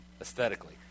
aesthetically